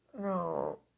No